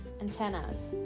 Antennas